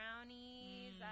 brownies